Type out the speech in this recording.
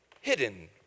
hidden